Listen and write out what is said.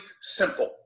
simple